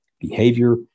behavior